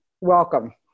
welcome